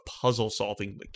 puzzle-solving